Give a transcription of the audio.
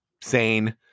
sane